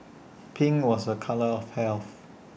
pink was A colour of health